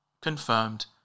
Confirmed